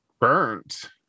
burnt